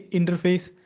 Interface